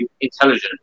intelligent